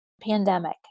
pandemic